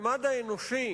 הממד האנושי